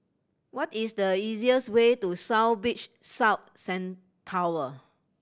what is the easiest way to South Beach South Tower